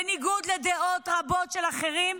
בניגוד לדעות רבות של אחרים,